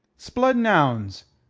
sblood and ounds!